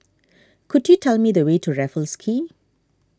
could you tell me the way to Raffles Quay